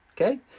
Okay